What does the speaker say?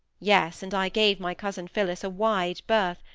yes, and i gave my cousin phillis a wide berth,